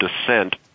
descent